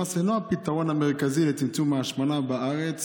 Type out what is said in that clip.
שמס אינו הפתרון המרכזי לצמצום ההשמנה בארץ.